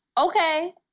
Okay